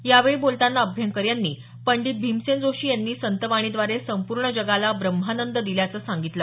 यावेळी बोलतांना अभ्यंकर यांनी पंडित भीमसेन जोशी यांनी संतवाणीव्दारे संपूर्ण जगाला ब्रह्मानंद दिल्याचं सांगितलं